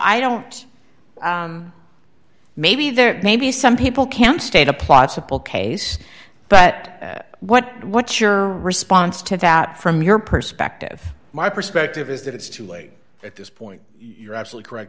i don't maybe there maybe some people can state a plot suppose case but what what's your response to that from your perspective my perspective is that it's too late at this point you're absolutely correct